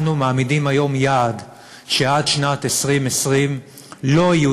אנחנו מעמידים היום יעד שעד שנת 2020 לא יהיו